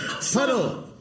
Subtle